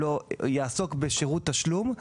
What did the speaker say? יעסוק בשירות תשלום,